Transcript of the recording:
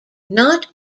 not